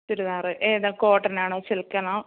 ചുരിദാറ് ഏതാ കോട്ടനാണോ സിൽക്കാണോ